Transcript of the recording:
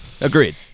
Agreed